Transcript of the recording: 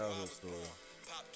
Pop